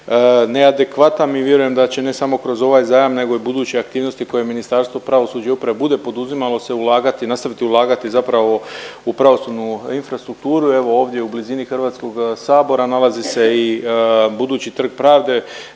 je neadekvatan i vjerujem da će ne samo kroz ovaj zajam nego i buduće aktivnosti koje Ministarstvo pravosuđa i uprave bude poduzimalo se ulagati, nastaviti ulagati zapravo u pravosudnu infrastrukturu. Evo ovdje u blizini Hrvatskog sabora nalazi se i budući Trg pravde,